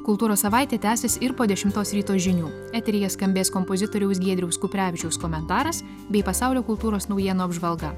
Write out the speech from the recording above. kultūros savaitė tęsis ir po dešimtos ryto žinių eteryje skambės kompozitoriaus giedriaus kuprevičiaus komentaras bei pasaulio kultūros naujienų apžvalga